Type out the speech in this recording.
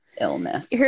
illness